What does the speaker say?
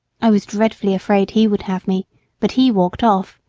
i was dreadfully afraid he would have me but he walked off.